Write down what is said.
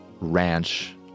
ranch